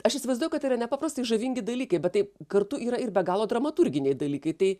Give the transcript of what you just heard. aš įsivaizduoju kad tai yra nepaprastai žavingi dalykai bet tai kartu yra ir be galo dramaturginiai dalykai tai